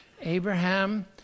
Abraham